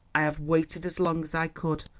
i have waited as long as i could,